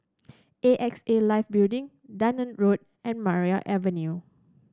A X A Life Building Dunearn Road and Maria Avenue